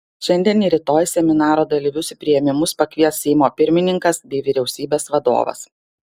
šiandien ir rytoj seminaro dalyvius į priėmimus pakvies seimo pirmininkas bei vyriausybės vadovas